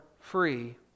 free